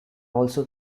also